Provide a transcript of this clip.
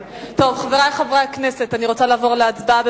חברי חברי הכנסת, אני רוצה לעבור להצבעה.